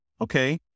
Okay